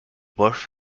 birth